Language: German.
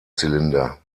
zylinder